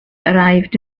arrived